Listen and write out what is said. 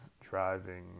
driving